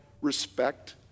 Respect